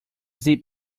zip